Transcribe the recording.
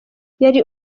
yari